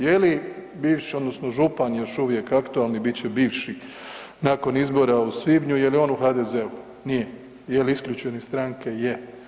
Je li bivši odnosno župan još uvijek aktualni, bit će bivši nakon izbora u svibnju, je li on u HDZ-u, nije, jel isključen iz stranke, je.